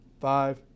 five